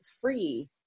free